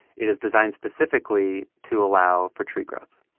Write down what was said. it is designed specifically to allow for tree growth.